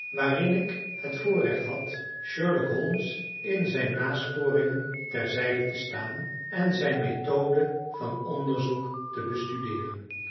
waarin ik het voorrecht had sherlock holmes in zijn nasporingen ter zijde te staan en zijn methode van onderzoek te bestudeeren